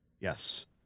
Yes